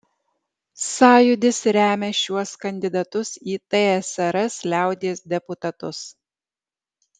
sąjūdis remia šiuos kandidatus į tsrs liaudies deputatus